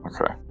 okay